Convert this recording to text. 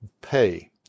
pay